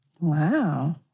Wow